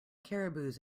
caribous